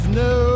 no